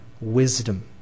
wisdom